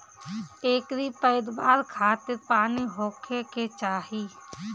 एकरी पैदवार खातिर पानी होखे के चाही